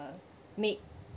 made